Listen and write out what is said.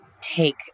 take